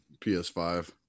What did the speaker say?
PS5